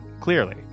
clearly